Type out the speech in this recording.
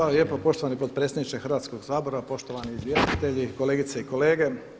Hvala lijepo poštovani potpredsjedniče Hrvatskog sabora, poštovani izvjestitelji, kolegice i kolege.